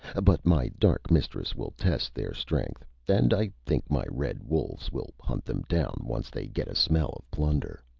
but my dark mistress will test their strength and i think my red wolves will hunt them down, once they get a smell of plunder.